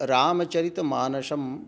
रामचरितमानसम्